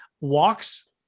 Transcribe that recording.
Walks